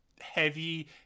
heavy